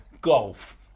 Golf